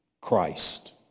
Christ